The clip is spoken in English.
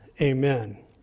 Amen